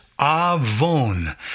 avon